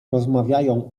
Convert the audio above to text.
rozmawiają